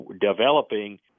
developing